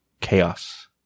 chaos